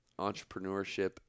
entrepreneurship